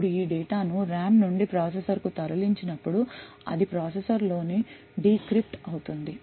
ఇప్పుడు ఈ డేటా ను RAM నుండి ప్రాసెసర్కు తరలించినప్పుడు అది ప్రాసెసర్లోనే డీక్రిప్ట్ అవుతుంది